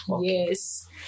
Yes